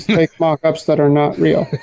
fake mock-ups that are not real.